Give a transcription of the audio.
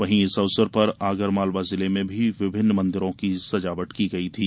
वहीं इस अवसर पर आगर मालवा जिले में भी विभिन्न मंदिरों की सजावट की गई थी